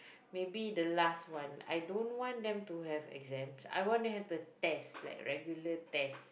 maybe the last one I don't want them to have exams I want them to have the tests like regular tests